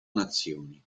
nazioni